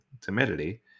timidity